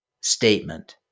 statement